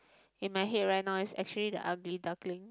you might hate right now is actually the ugly duckling